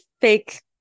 fake